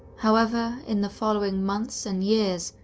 however, in the following months and years,